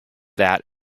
that